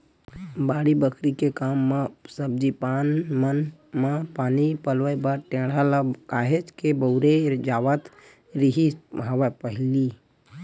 बाड़ी बखरी के काम म सब्जी पान मन म पानी पलोय बर टेंड़ा ल काहेच के बउरे जावत रिहिस हवय पहिली